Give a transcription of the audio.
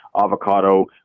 Avocado